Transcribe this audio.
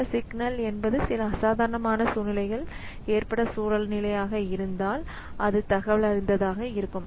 சில சிக்னல் என்பது சில அசாதாரண சூழ்நிலைகள் ஏற்பட்ட சூழ்நிலையாக இருந்தால் அது தகவலறிந்ததாக இருக்கும்